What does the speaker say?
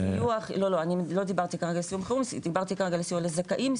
דיברתי כרגע לסיוע לזכאים,